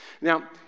Now